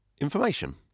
information